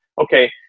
okay